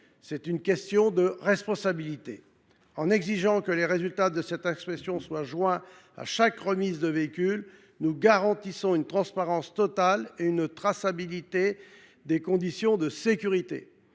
C’est une question de responsabilité. En exigeant que les résultats de cette inspection soient joints à chaque remise de véhicules, nous garantissons une transparence totale et une traçabilité des conditions de sécurité.